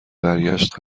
برگشت